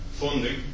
funding